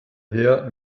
herr